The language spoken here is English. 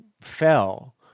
fell